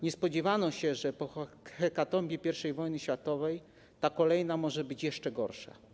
Nie spodziewano się, że po hekatombie I wojny światowej ta kolejna może być jeszcze gorsza.